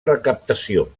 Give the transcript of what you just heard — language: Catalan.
recaptació